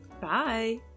Bye